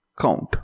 count